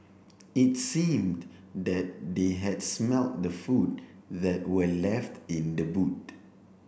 it seemed that they had smelt the food that were left in the boot